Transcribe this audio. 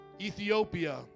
Ethiopia